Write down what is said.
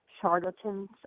charlatans